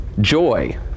joy